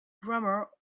grammar